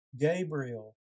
Gabriel